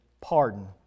pardon